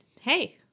Hey